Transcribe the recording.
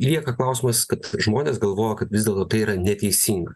lieka klausimas kad žmonės galvoja kad vis dėlto tai yra neteisinga